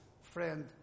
friend